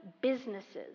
businesses